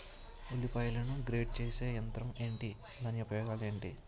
ఉల్లిపాయలను గ్రేడ్ చేసే యంత్రం ఏంటి? దాని ఉపయోగాలు ఏంటి?